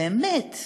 באמת,